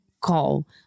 call